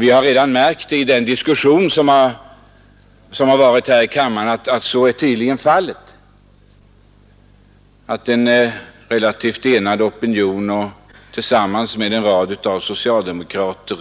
Vi har redan i den diskussion som förts här i kammaren märkt att det föreligger en relativt enad opinion, bakom vilken också står en rad socialdemo krater.